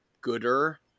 gooder